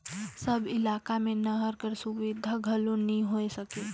सब इलाका मे नहर कर सुबिधा घलो नी होए सके